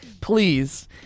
Please